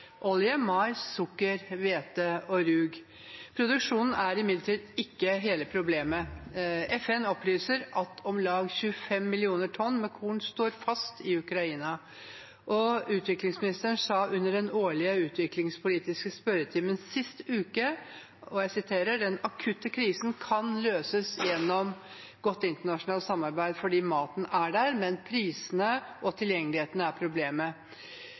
sukker, hvete og rug. Produksjonen er imidlertid ikke hele problemet. FN opplyser at om lag 25 millioner tonn med korn står fast i Ukraina, og utviklingsministeren sa under den årlige utviklingspolitiske spørretimen sist måned: «Den akutte krisen kan løses gjennom humanitær innsats og godt internasjonalt samarbeid fordi maten er der, men prisene og tilgjengeligheten er problemet.»